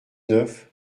neuf